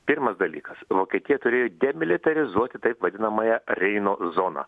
pirmas dalykas vokietija turėjo demilitarizuoti taip vadinamąją reino zoną